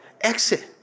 Exit